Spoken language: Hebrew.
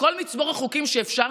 בכל מצבור החוקים שאפשר,